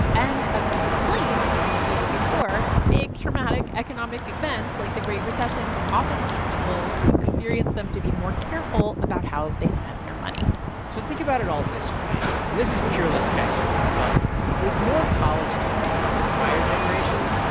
and as we've explained on the indicator before, big, traumatic economic events, like the great recession, often lead people who experience them to be more careful about how they spend their money so think about it all this way. and this is purely speculative, but with more college degrees than prior generations,